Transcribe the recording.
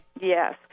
Yes